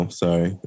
sorry